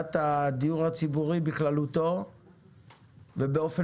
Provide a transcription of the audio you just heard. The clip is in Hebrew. בסוגית הדיון הציבורי בכללותו ובאופן